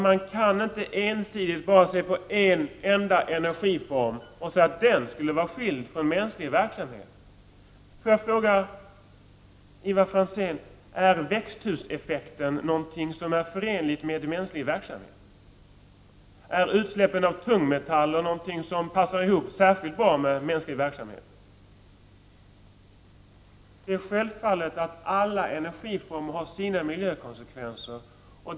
Man kan inte ensidigt se på en enda energiform och mena att den skulle vara skild från mänsklig verksamhet. Får jag fråga Ivar Franzén: Är växthuseffekten någonting som är förenligt med mänsklig verksamhet? Är utsläppen av tungmetaller någonting som passar ihop särskilt bra med mänsklig verksamhet? Självfallet har alla energiformer sina miljökonsekvenser.